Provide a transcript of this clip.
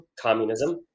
communism